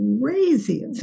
crazy